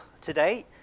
today